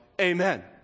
amen